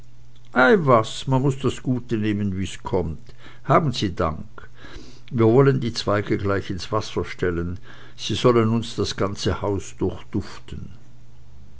ei was man muß das gute nehmen wie's kommt haben sie dank wir wollen die zweige gleich ins wasser stellen sie sollen uns das ganze haus